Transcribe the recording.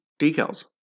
decals